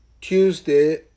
Tuesday